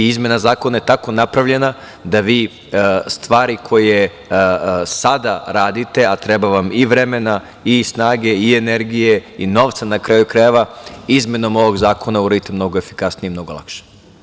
Upravo ceo sistem i izmena zakona je tako napravljena da vi stvari koje sada radite a treba vam i vremena i snage i energije i novca na kraju krajeva izmenom ovog zakona da uradite mnogo efikasnije i mnogo lakše.